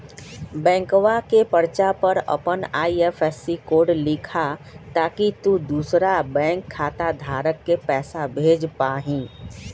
बैंकवा के पर्चा पर अपन आई.एफ.एस.सी कोड लिखा ताकि तु दुसरा बैंक खाता धारक के पैसा भेज पा हीं